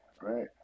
right